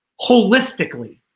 holistically